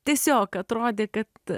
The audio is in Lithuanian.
tiesiog atrodė kad